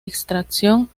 extracción